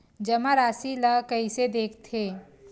जमा राशि ला कइसे देखथे?